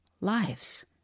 lives